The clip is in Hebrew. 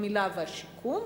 הגמילה והשיקום,